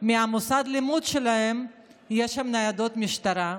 ממוסד הלימוד שלהן יש ניידות משטרה.